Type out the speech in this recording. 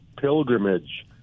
pilgrimage